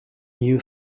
new